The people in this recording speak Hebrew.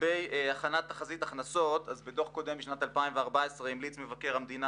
לגבי הכנת תחזית הכנסות: בדוח הקודם מיולי 2014 המליץ מבקר המדינה